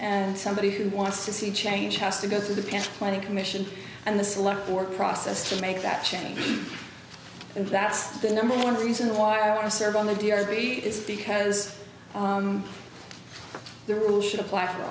and somebody who wants to see change has to go through the past twenty commission and the select work process to make that change and that's the number one reason why i want to serve on the d r v is because the rule should apply for